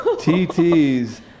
TT's